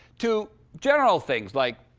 to general things like,